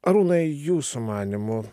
arūnai jūsų manymu